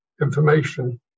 information